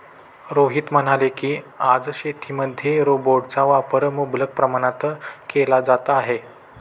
रोहित म्हणाले की, आज शेतीमध्ये रोबोटचा वापर मुबलक प्रमाणात केला जात आहे